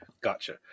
Gotcha